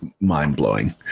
mind-blowing